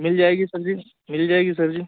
मिल जाएगी सर जी मिल जाएगी सर जी